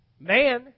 man